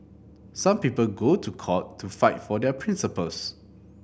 some people go to court to fight for their principles